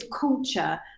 culture